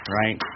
right